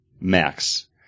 max